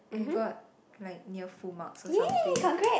and got like near full marks or something